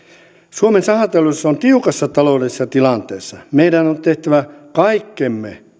suomen sahateollisuus on tiukassa taloudellisessa tilanteessa meidän on tehtävä kaikkemme